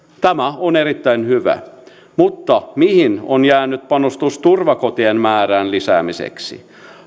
tämä on erittäin hyvä mutta mihin on jäänyt panostus turvakotien määrän lisäämiseksi